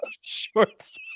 shorts